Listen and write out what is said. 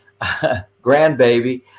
grandbaby